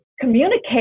communicate